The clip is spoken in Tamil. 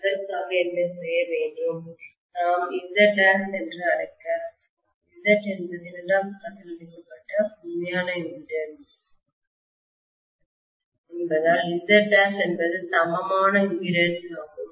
அதற்காக என்ன செய்ய வேண்டும் நாம் Z' என்று அழைக்க Z என்பது இரண்டாம் பக்கத்தில் இணைக்கப்பட்ட உண்மையான இம்பிடிடன்ஸ் என்பதால் Z' என்பது சமமான இம்பிடிடன்ஸ் ஆகும்